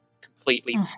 completely